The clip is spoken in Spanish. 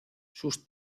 sus